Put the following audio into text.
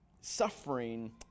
suffering